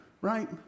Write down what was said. right